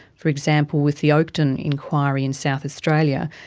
for example, with the oakden enquiry in south australia,